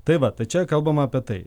tai vat čia kalbama apie tai